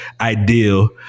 ideal